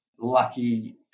lucky